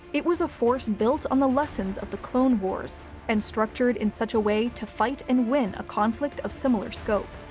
it was a force built on the lessons of the clone wars and structured in such a way to fight and win a conflict of similar scope.